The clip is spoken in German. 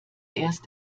erst